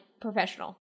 professional